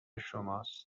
شماست